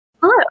Hello